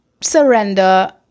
surrender